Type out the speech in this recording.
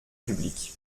public